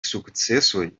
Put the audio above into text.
sukcesoj